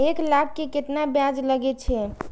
एक लाख के केतना ब्याज लगे छै?